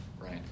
right